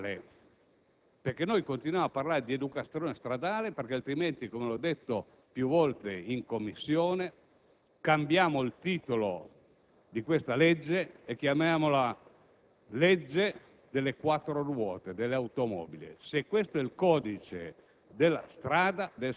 l'obbligo dell'insegnamento nelle scuole dell'educazione stradale. Continuiamo a parlare di educazione stradale, altrimenti, come ho detto più volte in Commissione, cambiamo il titolo, chiamiamola